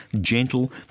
gentle